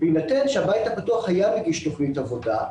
בהינתן שהבית הפתוח היה מגיש תוכנית עבודה,